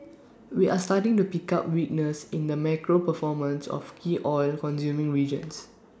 we are starting to pick up weakness in the macro performance of key oil consuming regions